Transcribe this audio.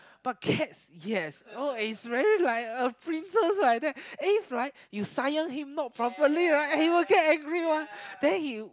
but cats yes oh it's really like a princess like that if like you sayang him not properly right he will get angry one then he